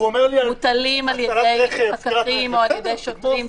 מוטלים על ידי פקחים או על ידי שוטרים,